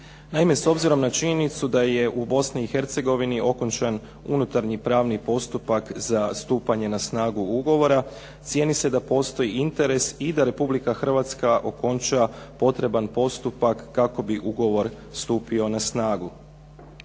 Naime, s obzirom na činjenicu da je u Bosni i Hercegovini okončan unutarnji pravni postupak za stupanje na snagu ugovora, cijeni se da postoji interes i da Republika Hrvatska okonča potreban postupak kako bi ugovor stupio na snagu.